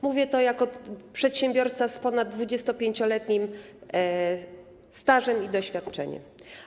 Mówię to jako przedsiębiorca z ponad 25-letnim stażem i doświadczeniem.